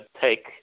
take